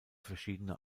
verschiedene